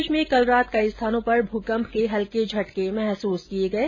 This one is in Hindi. प्रदेश में कल रात कई स्थानों पर भूकंप के हल्के झटके महसूस किये गये